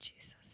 Jesus